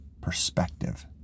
perspective